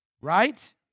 Right